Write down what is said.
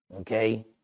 okay